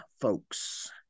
folks